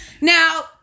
Now